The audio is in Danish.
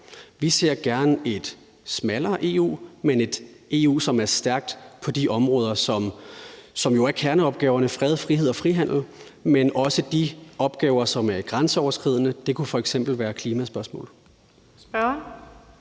Vi ser gerne et smallere EU men et EU, som er stærkt på de områder, som jo er kerneopgaverne – fred, frihed og frihandel – men også, hvad angår de opgaver, som er grænseoverskridende; det kunne f.eks. være klimaspørgsmål. Kl. 18:58 Den